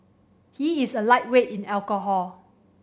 he is a lightweight in alcohol